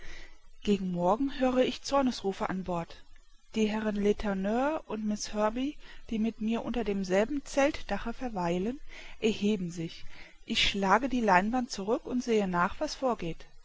gegen morgen höre ich zornesrufe an bord die herren letourneur und miß herbey die mit mir unter demselben zeltdache verweilen erheben sich ich schlage die leinwand zurück und sehe nach was vorgeht